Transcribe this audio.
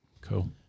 Cool